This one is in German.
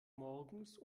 morgens